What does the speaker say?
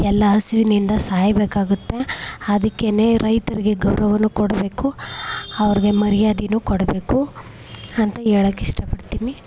ಎಲ್ಲ ಹಸಿವಿನಿಂದ ಸಾಯಬೇಕಾಗುತ್ತೆ ಅದಕ್ಕೇ ರೈತರಿಗೆ ಗೌರವನು ಕೊಡಬೇಕು ಅವರಿಗೆ ಮರ್ಯಾದೆನು ಕೊಡಬೇಕು ಅಂತ ಹೇಳಕ್ ಇಷ್ಟ ಪಡ್ತೀನಿ